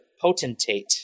potentate